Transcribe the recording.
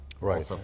Right